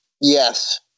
yes